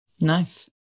Nice